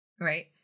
Right